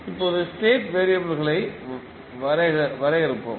இப்போது ஸ்டேட் வெறியபிள்களை வரையறுப்போம்